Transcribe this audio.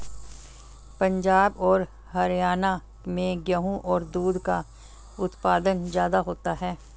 पंजाब और हरयाणा में गेहू और दूध का उत्पादन ज्यादा होता है